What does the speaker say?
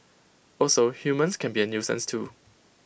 also humans can be A nuisance too